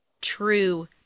true